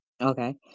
Okay